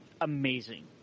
amazing